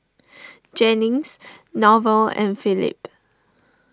Jennings Norval and Philip